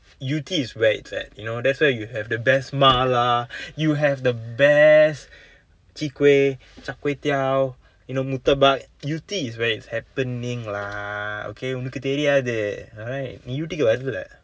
yew tee is where it's at you know there's where you have the best mala you have the best chwee kueh char kway teow you know murtabak yew tee is where it's happening lah okay உனக்கு தெரியாது:unakku theriyathu alright நீ:nii yew tee க்கு வரல:kku varala